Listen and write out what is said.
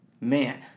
Man